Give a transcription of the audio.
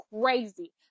crazy